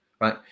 right